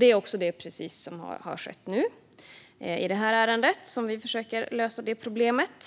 Det är precis vad som nu har skett i detta ärende, där vi försöker lösa det problemet.